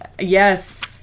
Yes